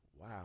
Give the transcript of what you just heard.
wow